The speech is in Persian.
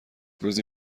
روزی